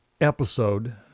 episode